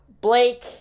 Blake